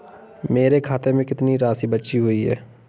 मेरे खाते में कितनी राशि बची हुई है?